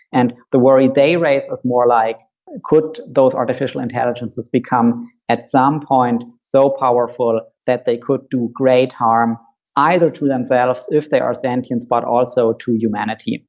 and the worry they raise is more like could those artificial intelligences become at some point so powerful that they could do great harm either to themselves if they are sentient but also to humanity?